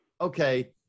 okay